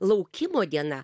laukimo diena